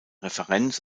referenz